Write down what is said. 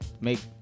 Make